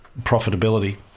profitability